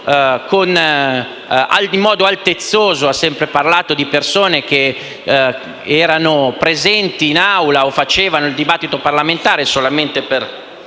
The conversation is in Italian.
in modo altezzoso, ha sempre parlato di persone che erano presenti in Aula o partecipavano al dibattito Parlamentare solamente per